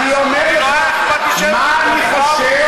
אני אומר לך מה אני חושב